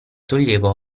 toglievo